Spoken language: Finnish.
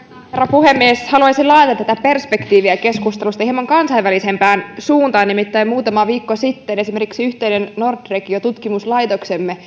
puhemies haluaisin laajentaa tätä perspektiiviä keskustelussa hieman kansainvälisempään suuntaan nimittäin muutama viikko sitten esimerkiksi yhteinen nordregio tutkimuslaitoksemme